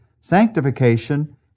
Sanctification